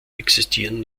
existieren